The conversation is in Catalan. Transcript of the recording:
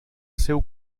seu